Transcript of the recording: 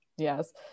Yes